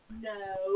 No